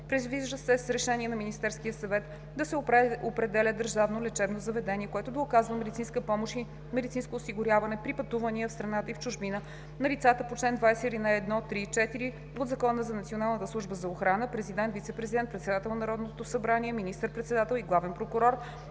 Предвижда се с решение на Министерския съвет да се определя държавно лечебно заведение, което да оказва медицинска помощ и медицинско осигуряване при пътувания в страната и в чужбина на лицата по чл. 20, ал. 1, 3 и 4 от Закона за Националната служба за охрана (президент, вицепрезидент, председател на Народното събрание, министър-председател и главен прокурор),